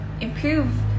improve